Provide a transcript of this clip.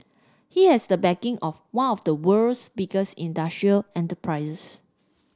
he has the backing of one of the world's biggest industrial enterprises